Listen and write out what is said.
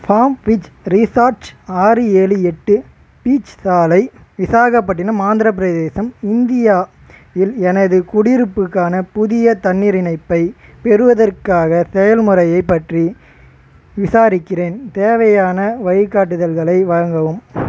form beach resort ஆறு ஏழு எட்டு பீச் சாலை விசாகப்பட்டினம் ஆந்திரப்பிரதேசம் இந்தியா இல் எனது குடியிருப்புக்கான புதிய தண்ணிர் இணைப்பை பெறுவதற்காக செயல்முறையை பற்றி விசாரிக்கிறேன் தேவையான வழிகாட்டுதல்களை வழங்கவும்